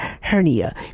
hernia